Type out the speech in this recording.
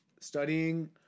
Studying